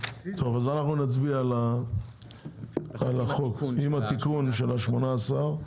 אנחנו נצביע על החוק עם התיקון של ה-18.